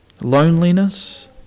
Loneliness